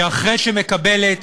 שאחרי שמקבלת,